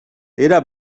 era